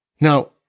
Now